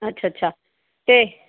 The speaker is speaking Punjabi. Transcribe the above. ਅੱਛਾ ਅੱਛਾ ਅਤੇ